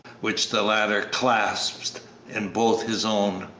which the latter clasped in both his own.